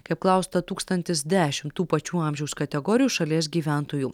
kai apklausta tūkstantis dešim tų pačių amžiaus kategorijų šalies gyventojų